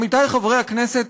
עמיתי חברי הכנסת,